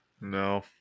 No